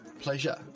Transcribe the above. pleasure